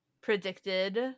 predicted